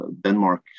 Denmark